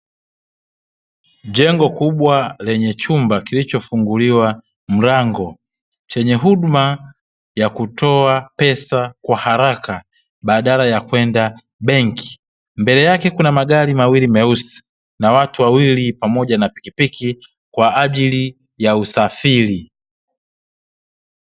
Jengo kubwa lenye chumba kilichofunguliwa mlango, chenye huduma ya kutoa pesa kwa haraka, badala ya kwenda benki. Mbele yake kuna magari mawili meusi, na watu wawili pamoja na pikipiki, kwa ajili ya usafiri.